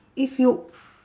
if you